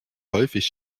häufig